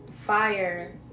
fire